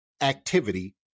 activity